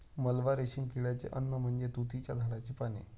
मलबा रेशीम किड्याचे अन्न म्हणजे तुतीच्या झाडाची पाने